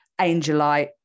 angelite